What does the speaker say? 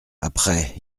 après